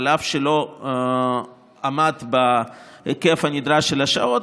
אף שלא עמד בהיקף הנדרש של השעות,